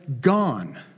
gone